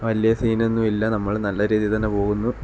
വലിയ സീന് ഒന്നുമില്ല നമ്മൾ നല്ല രീതിയില് തന്നെ പോകുന്നു